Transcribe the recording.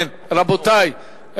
רבותי,